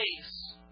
face